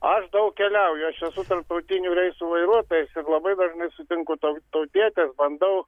aš daug keliauju aš esu tarptautinių reisų vairuotojas labai dažnai sutinku tau tautietes bandau